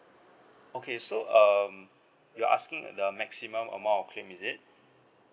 okay so um you're asking the maximum amount of claim is it